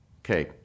Okay